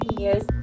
years